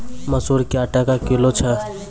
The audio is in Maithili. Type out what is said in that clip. मसूर क्या टका किलो छ?